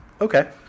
Okay